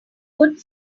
good